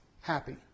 happy